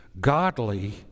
godly